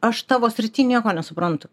aš tavo srity nieko nesuprantu